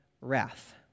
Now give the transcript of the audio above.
wrath